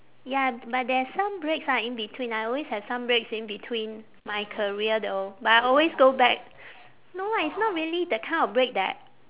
ya but there are some breaks ah in between I always have some breaks in between my career though but I always go back no lah it's not really that kind of break that